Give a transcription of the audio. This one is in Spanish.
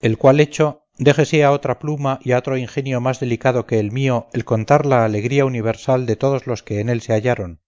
el cual hecho déjese a otra pluma y a otro ingenio más delicado que el mío el contar la alegría universal de todos los que en él se hallaron